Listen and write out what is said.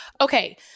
Okay